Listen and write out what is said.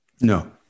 No